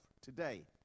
today